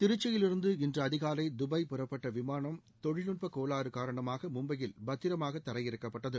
திருச்சியிலிருந்து இன்று அதிகாலை தபாய் புறப்பட்ட விமான தொழில்நட்ப கோளாறு காரணமாக மும்பையில் பத்திரமாக திரையிறக்கப்பட்டது